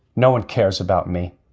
no one cares about me.